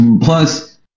plus